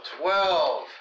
Twelve